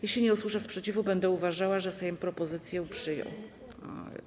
Jeśli nie usłyszę sprzeciwu, będę uważała, że Sejm propozycje przyjął.